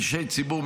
אישי ציבור,